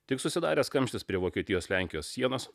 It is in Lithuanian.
tik susidaręs kamštis prie vokietijos lenkijos sienos